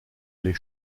les